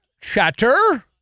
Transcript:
chatter